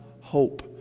hope